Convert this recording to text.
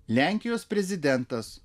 lenkijos prezidentas